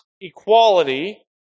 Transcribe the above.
equality